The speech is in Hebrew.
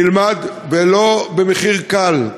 נלמד, ולא במחיר קל.